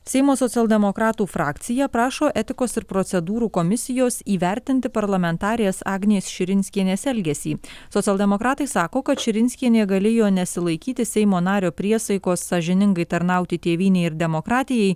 seimo socialdemokratų frakcija prašo etikos ir procedūrų komisijos įvertinti parlamentarės agnės širinskienės elgesį socialdemokratai sako kad širinskienė galėjo nesilaikyti seimo nario priesaikos sąžiningai tarnauti tėvynei ir demokratijai